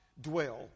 dwell